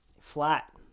flat